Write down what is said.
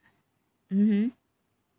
mmhmm